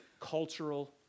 cultural